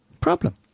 problem